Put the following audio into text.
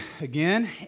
again